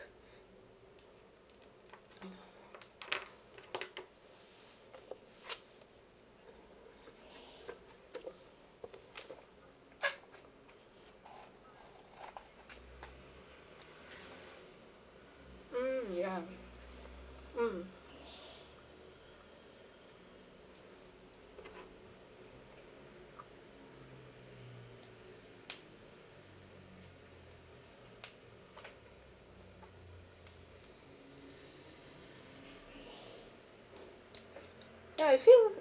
mm ya mm ya I feel